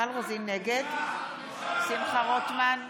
נגד שמחה רוטמן,